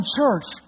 church